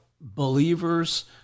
believers